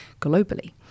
globally